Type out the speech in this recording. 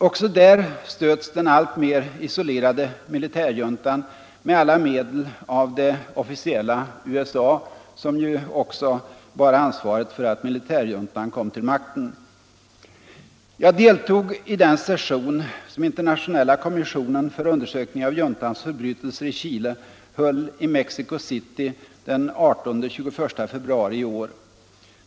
Också där stöds den alltmer isolerade militärjuntan med alla medel av det officiella USA, som ju också har ansvaret för att militärjuntan kom till makten. Jag deltog i den session som Internationella kommissionen för undersökning av juntans förbrytelser i Chile höll i Mexico City den 18-21 februari i år.